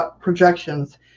projections